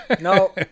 no